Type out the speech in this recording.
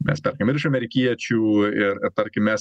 mes perkam ir iš amerikiečių ir tarkim mes